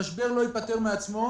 המשבר לא ייפתר מעצמו,